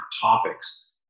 topics